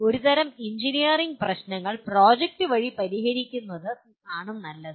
ഒരു തരം എഞ്ചിനീയറിംഗ് പ്രശ്നങ്ങൾ പ്രോജക്റ്റ് വഴി പരിഹരിക്കുന്നതാണ് നല്ലത്